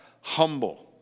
humble